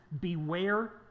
beware